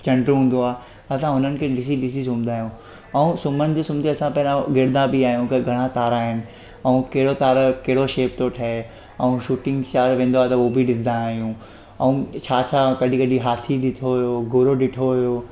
चंडु हूंदो आहे असां हुननि खे ॾिसी ॾिसी सुम्हंदा आहियूं ऐं सुम्हण जी सुम्हंदे असां पहिरों ॻणंदा बि आहियूं की घणा तारा आहिनि ऐं कहिड़ो तारा कहिड़ो शेप थो ठहे ऐं शूटिंग स्टार वेंदो आहे त उहो बि ॾिसंदा आहियूं ऐं छा छा कॾहिं कॾहिं हाथी ॾिठो हुयो घोड़ो ॾिठो हुयो